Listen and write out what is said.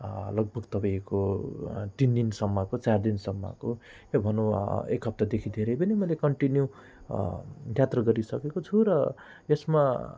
लगभग तपाईँको तिन दिनसम्मको चार दिनसम्मको र भनौँ एक हप्तादेखि धेरै पनि मैले कन्टिन्यू यात्रा गरिसकेको छु र यसमा